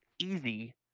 Easy